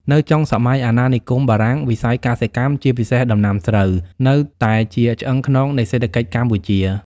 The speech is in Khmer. នៅចុងសម័យអាណានិគមបារាំង វិស័យកសិកម្ម ជាពិសេសដំណាំស្រូវ នៅតែជាឆ្អឹងខ្នងនៃសេដ្ឋកិច្ចកម្ពុជា។